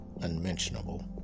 unmentionable